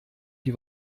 die